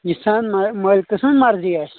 یٖژن مٲلکہٕ سٕنز مرضی آسہِ